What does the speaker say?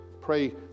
pray